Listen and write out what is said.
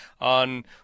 on